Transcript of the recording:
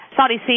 Saudi